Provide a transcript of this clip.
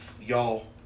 Y'all